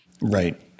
Right